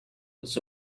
was